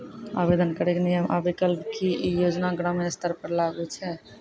आवेदन करैक नियम आ विकल्प? की ई योजना ग्रामीण स्तर पर लागू छै?